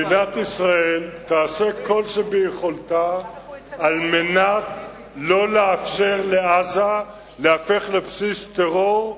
מדינת ישראל תעשה כל שביכולתה על מנת לא לאפשר לעזה להיהפך לבסיס טרור,